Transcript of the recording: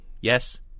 Yes